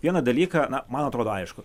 vieną dalyką na man atrodo aišku